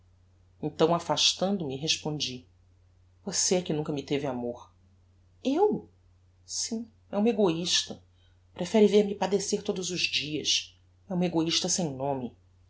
então afastando me respondi você é que nunca me teve amor eu sim é uma egoista prefere ver-me padecer todos os dias é uma egoista sem nome